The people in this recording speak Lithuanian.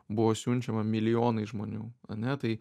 buvo siunčiama milijonai žmonių ane tai